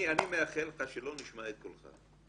אני מאחל לך שלא נשמע את קולך.